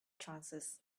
chances